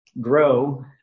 grow